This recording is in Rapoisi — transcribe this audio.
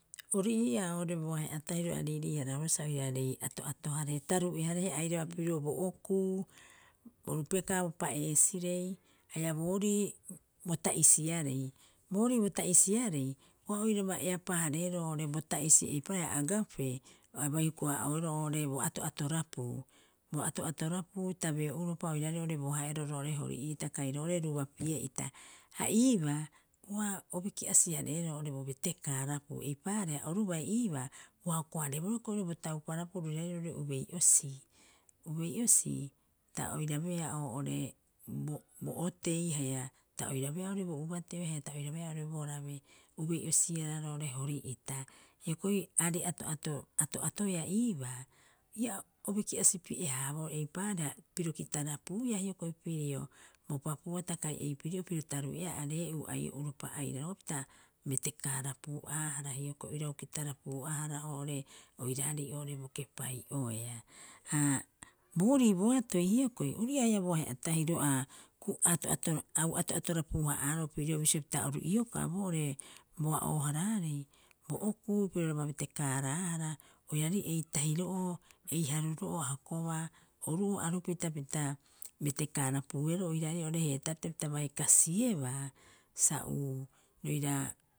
Orii'aa oo're bo ahe'a tahiro a riirii- haraabaa sa oiraarei ato'ato- harehe taruu'eharehe airaba pirio bo okuu oru pekaa bo paa'eesirei haia boorii bo ta'isiarei. Boorii bo ta'isisrei ua oiraba eapaa- haareeroo oo'ore bo ta'isi eipaareha agaapee abai ua hukuhaa'oeroo oo'ore bo ato'atorapiu. Bo ato'atorapiu tabeo'uropa oiraarei oo'ore bo hae'oro roo'ore Hori' ita kai roo'ore rubapi'e'ita, ha iibaa ua o biki'asi- hareeroo oo'ore bo betekaarapui eipaareha, oru bai iibaa ua hoko- hareeboroo hioko'i bo tauparapiu roiraarei roo'ore ubei'osii. Ubei'osii ta oirabeea oo'ore bo- bo otei haia ta oirabeea oo'ore bo ubate'o haia ta oirabeea oo'ore bo rabe ubei'osiiara roo'ore Hori'ita. Hioko'i aarei ato'ato- ato'atoea iibaa, ia o biki'asipi'ehaabaa eipaareha piro kitarapuuia hioko'i pirio bo papuata kai eipiri'oo piro taruu'eea aree'uu ai'o uropa- ai'o uropa pita, betekaarapuu- aahara hioko'i oirau kitarapuu- aahara oo'ore oiraarei oo'ore bo kepai'oea. Haa boorii boatoi hioko'i ori'ii'aa haia bo aheha tahiro au ato'atorapuu- haa'aarooo pirio bisio pita oru iokaa boore boa'oo- haraarei, bo okuu piroraba betekaaraahara oiraarei ei tahiro'oo ei haruro'oo a hokobaa oru'oo arupita pita betekaarapiueroo oiraarei oo'ore heetaaapita pita baikasiebaa uu oira.